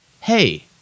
Hey